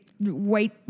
white